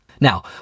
Now